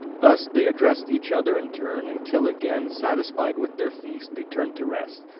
thus they addressed each other in turn, until again, satisfied with their feast, they turned to rest.